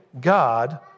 God